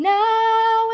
now